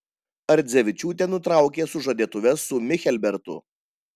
ardzevičiūtė nutraukė sužadėtuves su michelbertu